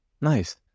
nice